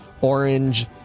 orange